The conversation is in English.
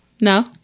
No